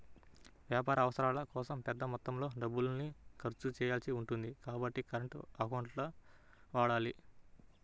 వ్యాపార అవసరాల కోసం పెద్ద మొత్తంలో డబ్బుల్ని ఖర్చు చేయాల్సి ఉంటుంది కాబట్టి కరెంట్ అకౌంట్లను వాడాలి